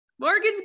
Morgan's